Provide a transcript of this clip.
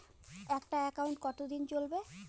একটা একাউন্ট কতদিন চলিবে?